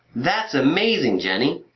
that's amazing jenny.